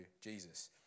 jesus